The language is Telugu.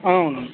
అవును